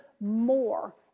more